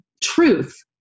truth